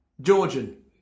Georgian